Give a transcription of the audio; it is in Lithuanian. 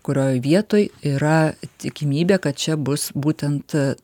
kurioj vietoj yra tikimybė kad čia bus būtent